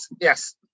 yes